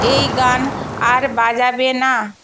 এই গান আর বাজাবে না